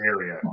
area